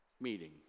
meeting